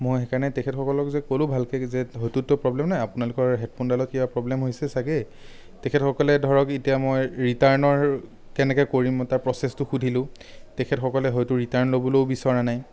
মই সেইকাৰণে তেখেতসকলক যে ক'লো ভালকৈ যে সেইটোতটো প্ৰব্লেম একো নাই আপোনালোকৰ হেডফোনডালৰ কিবা প্ৰব্লেম হৈছে ছাগে তেখেতসকলে ধৰক এতিয়া মই ৰিটাৰ্ণৰ কেনেকৈ কৰিম তাৰ প্ৰচেছটো সুধিলো তেখেতসকলে হয়টো ৰিটাৰ্ণ ল'বলৈও বিচৰা নাই